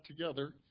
together